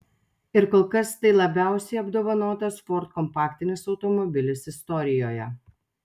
ir kol kas tai labiausiai apdovanotas ford kompaktinis automobilis istorijoje